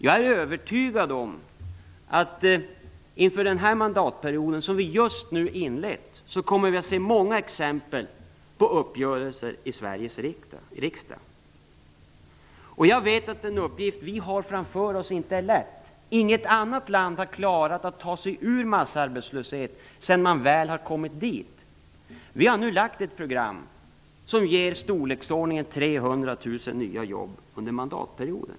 Jag är övertygad om att inför denna mandatperiod som vi just har inlett kommer vi att se många exempel på uppgörelser i Sveriges riksdag. Jag vet att den uppgift vi har framför oss inte är lätt. Inget annat land har klarat att ta sig ur massarbetslöshet sedan man väl kommit dit. Vi har nu lagt fram ett program som ger i storleksordningen 300 000 nya jobb under mandatperioden.